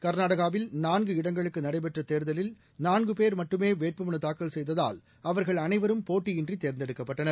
கர்நாடகாவில் நான்கு இடங்களுக்கு நடைபெற்ற தேர்தலில் நான்கு பேர் மட்டுமே வேட்புமனு தாக்கல் செய்ததால் அவர்கள் அனைவரும் போட்டியின்றி தேர்ந்தெடுக்கப்பட்டனர்